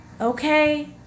okay